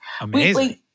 Amazing